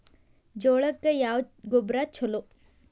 ಜೋಳಕ್ಕ ಯಾವ ಗೊಬ್ಬರ ಛಲೋ?